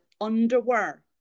underwear